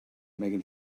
megan